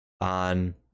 on